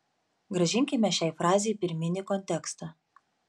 grąžinkime šiai frazei pirminį kontekstą